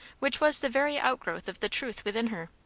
which was the very outgrowth of the truth within her.